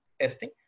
testing